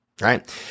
right